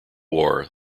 war